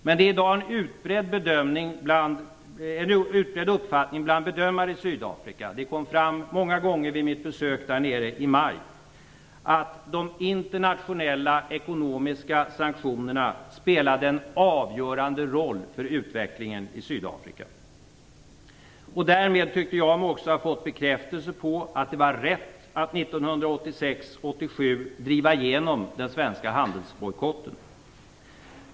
Men det är i dag en utbredd uppfattning bland bedömare i Sydafrika - det kom fram många gånger vid mitt besök där i maj - att de internationella ekonomiska sanktionerna spelade en avgörande roll för utvecklingen i Sydafrika. Därmed tyckte jag mig också få bekräftelse på att det var rätt 1986-1987 driva igenom den svenska handelsbojkotten.